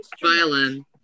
Violin